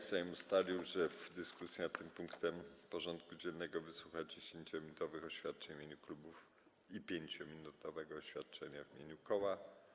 Sejm ustalił, że w dyskusji nad tym punktem porządku dziennego wysłucha 10-minutowych oświadczeń w imieniu klubów i 5-minutowego oświadczenia w imieniu koła.